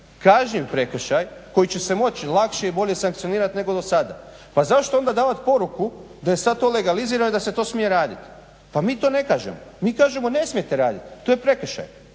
kažnjiv prekršaj koji će se moći lakše i bolje sankcionirati nego do sada. pa zašto onda davati poruku da je to sada legalizirano i da se to smije raditi. pa mi to ne kažemo, mi kažemo ne smijete raditi, to je prekršaj,